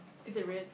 is it red